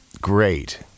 Great